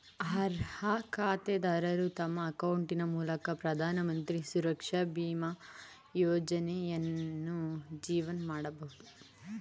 ಅರ್ಹ ಖಾತೆದಾರರು ತಮ್ಮ ಅಕೌಂಟಿನ ಮೂಲಕ ಪ್ರಧಾನಮಂತ್ರಿ ಸುರಕ್ಷಾ ಬೀಮಾ ಯೋಜ್ನಯನ್ನು ಜೀವನ್ ಮಾಡಬಹುದು